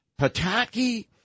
Pataki